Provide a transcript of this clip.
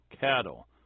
cattle